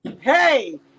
Hey